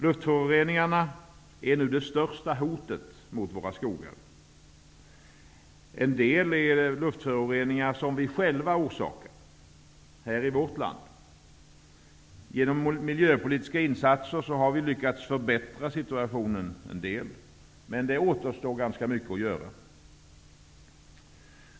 Luftföroreningarna är nu det största hotet mot våra skogar. En del luftföroreningar förorsakar vi själva här i vårt land. Genom miljöpolitiska insatser har vi lyckats förbättra situationen en del. Men ganska mycket återstår att göra.